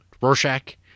Rorschach